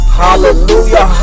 hallelujah